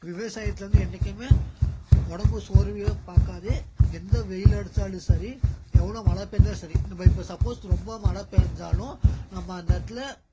விவசாயத்தில் வந்து என்னைக்கும் உடம்பு சோர்வேயே பார்க்காது எந்த வெயில் அடிச்சாலும் சரி எவ்வளோ மழை பெஞ்சாலும் சரி நம்ம இப்போ சப்போஸ் ரொம்ப மழை பெஞ்சாலும் நம்ம அந்த இடத்துல